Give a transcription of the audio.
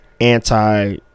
anti-